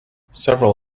several